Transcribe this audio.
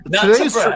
Today's